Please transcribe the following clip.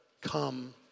come